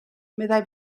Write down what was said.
meddai